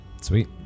Sweet